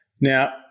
Now